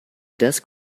desk